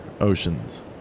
oceans